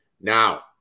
now